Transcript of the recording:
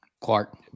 Clark